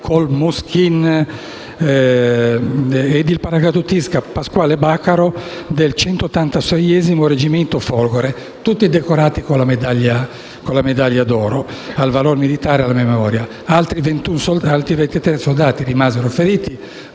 Col Moschin, e il paracadutista Pasquale Baccaro, del 186° reggimento Folgore, tutti decorati con la medaglia d'oro al valor militare e alla memoria. Altri 23 soldati rimasero feriti: